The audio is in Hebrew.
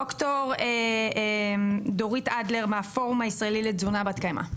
ד"ר דורית אדלר מהפורום הישראלי לתזונה בת קיימא.